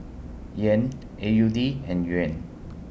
Yen A U D and Yuan